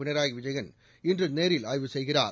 பினராயி விஜயன் இன்று நேரில் ஆய்வு செய்கிறார்